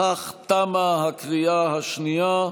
בכך תמה הקריאה השנייה,